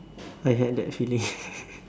I had that feeling